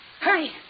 Hurry